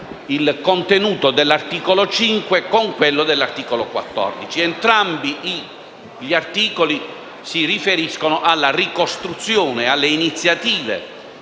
il contenuto dell'articolo 5 con quello dell'articolo 14. Entrambi gli articoli si riferiscono alla ricostruzione e alle iniziative